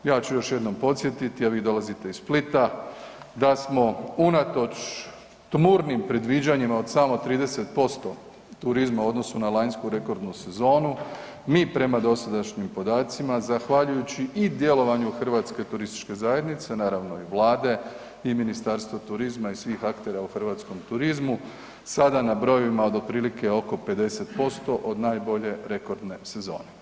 Ja ću još jednom podsjetiti, a vi dolazite iz Splita, da smo unatoč tmurnim predviđanjima od samo 30% turizma u odnosu na lanjsku rekordnu sezonu, mi prema dosadašnjim podacima, zahvaljujući i djelovanju HTZ-a, naravno i Vlade i Ministarstvu turizma i svih aktera u hrvatskom turizmu, sada na brojevima od otprilike oko 50% od najbolje rekordne sezone.